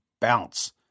bounce